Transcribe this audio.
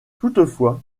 toutefois